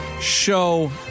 show